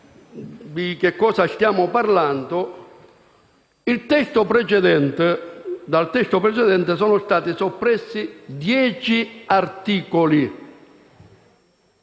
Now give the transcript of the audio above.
dal testo precedente sono stati soppressi dieci articoli,